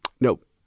Nope